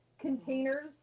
Containers